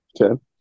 Okay